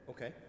Okay